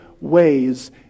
ways